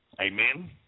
Amen